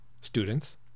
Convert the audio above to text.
students